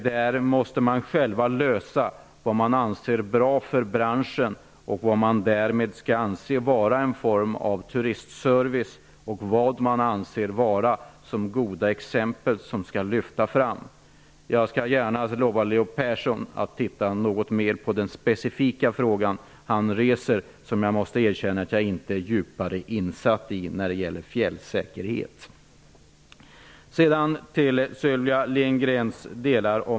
Där måste man själva bestämma vad man anser vara bra för branschen och vad man därmed skall anse vara en form av turistservice och goda exempel som skall lyftas fram. Jag kan gärna lova Leo Persson att titta något mer på den specifika fråga han reser. Jag måste erkänna att jag inte är djupare insatt i frågan om fjällsäkerhet.